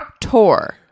tour